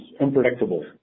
unpredictable